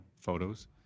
photos